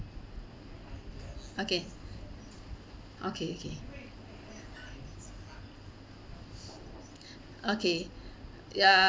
okay okay okay okay ya